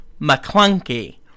McClunky